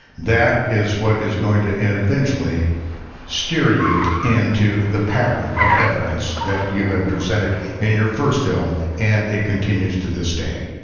that is what is going to end eventually steer you into the pattern of evidence that you have presented in your first film and it continues to this day.